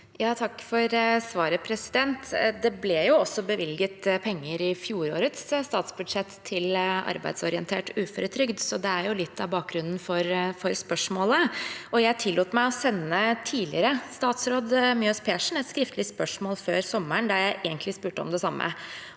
Takk for svaret. Det ble også bevilget penger i fjorårets statsbudsjett til arbeidsorientert uføretrygd. Det er litt av bakgrunnen for spørsmålet. Jeg tillot meg å sende tidligere statsråd Mjøs Persen et skriftlig spørsmål før sommeren, der jeg spurte om det samme.